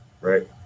Right